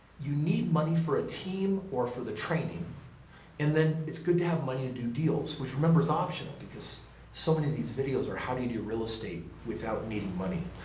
you need money for a team or for the training and then it's good to have money to do deals which remember is optional because so many of these videos are how do you do real estate without needing money.